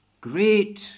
great